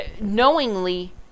knowingly